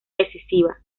decisiva